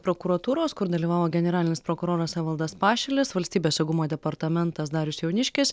prokuratūros kur dalyvavo generalinis prokuroras evaldas pašilis valstybės saugumo departamentas darius jauniškis